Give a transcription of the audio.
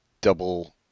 Double